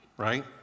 right